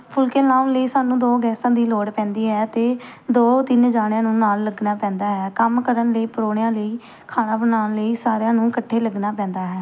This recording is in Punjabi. ਫੁਲਕੇ ਲਾਹੁਣ ਲਈ ਸਾਨੂੰ ਦੋ ਗੈਸਾਂ ਦੀ ਲੋੜ ਪੈਂਦੀ ਹੈ ਅਤੇ ਦੋ ਤਿੰਨ ਜਣਿਆਂ ਨੂੰ ਨਾਲ ਲੱਗਣਾ ਪੈਂਦਾ ਹੈ ਕੰਮ ਕਰਨ ਲਈ ਪਰਾਹੁਣਿਆਂ ਲਈ ਖਾਣਾ ਬਣਾਉਣ ਲਈ ਸਾਰਿਆਂ ਨੂੰ ਇਕੱਠੇ ਲੱਗਣਾ ਪੈਂਦਾ ਹੈ